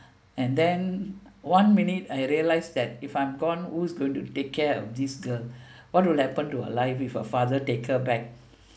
and then one minute I realized that if I'm gone who's going to take care of this girl what will happen to her life if her father take her back